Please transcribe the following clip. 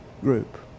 group